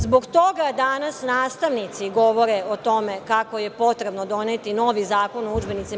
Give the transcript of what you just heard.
Zbog toga danas nastavnici govore o tome kako je potrebno doneti novi zakon o udžbenicima.